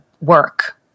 work